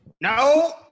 No